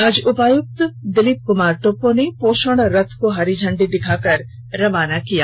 आज उपायुक्त दिलीप कुमार टोप्पो ने पोषण रथ को हरी झंडी दिखाकर रवाना किया गया